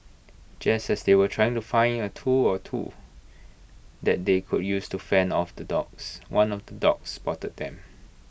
just as they were trying to finding A tool or two that they could use to fend off the dogs one of the dogs spotted them